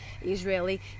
Israeli